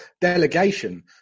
delegation